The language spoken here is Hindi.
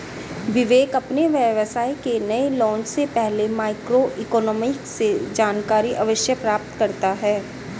विवेक अपने व्यवसाय के नए लॉन्च से पहले माइक्रो इकोनॉमिक्स से जानकारी अवश्य प्राप्त करता है